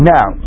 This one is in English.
Now